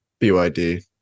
byd